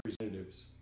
representatives